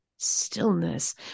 stillness